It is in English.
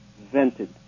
vented